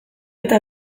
eta